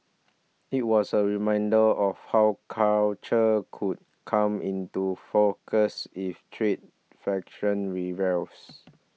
it was a reminder of how culture could come into focus if trade fraction reveals